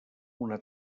una